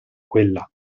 quella